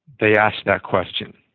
they ask that question.